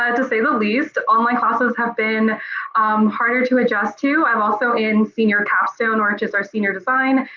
um to say the least all my classes have been um harder to adjust to. i'm also in senior capstone or just our senior design.